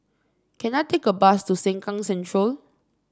can I take a bus to Sengkang Central